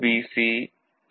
B